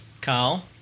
Kyle